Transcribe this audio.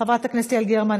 חברת הכנסת יעל גרמן,